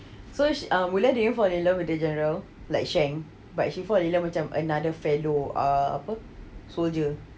so sh~ we like her to fall in love with the general like shang but she fall in love macam another fellow err apa soldier